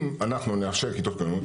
אם אנחנו נאפשר כיתות כוננות,